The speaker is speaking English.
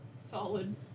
Solid